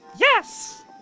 Yes